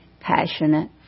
passionate